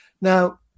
Now